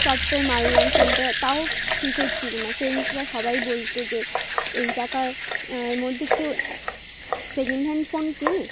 software মারলাম ফোনটা তাও ঠিক হচ্ছিল না ফ্রেন্ডসরা সবাই বলত যে এই টাকার মধ্যে কেউ সেকেন্ড হ্যান্ড ফোন কেনে